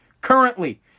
Currently